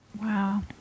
Wow